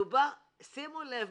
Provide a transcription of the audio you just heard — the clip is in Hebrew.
שימו לב,